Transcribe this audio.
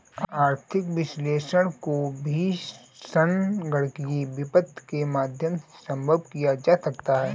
आर्थिक विश्लेषण को भी संगणकीय वित्त के माध्यम से सम्भव किया जा सकता है